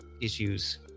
issues